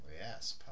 yes